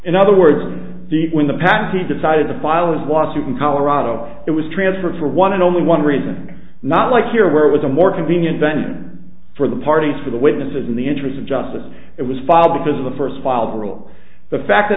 in other words the when the patsy decided to file his lawsuit in colorado it was transferred for one and only one reason not like here where it was a more convenient then for the parties to the witnesses in the interest of justice it was filed because of the first filed rule the fact that